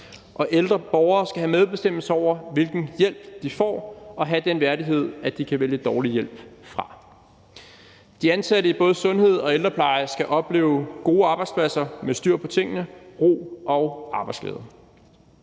ældre borgere skal have medbestemmelse over, hvilken hjælp de får, og have den værdighed, at de kan vælge dårlig hjælp fra. De ansatte inden for både sundhed og ældrepleje skal opleve gode arbejdspladser med styr på tingene, ro og arbejdsglæde.